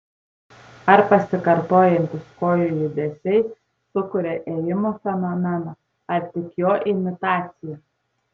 ar pasikartojantys kojų judesiai sukuria ėjimo fenomeną ar tik jo imitaciją